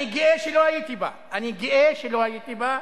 אני גאה שלא הייתי בה, אני גאה שלא הייתי בה.